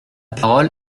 parole